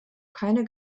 keine